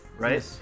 Right